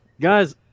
Guys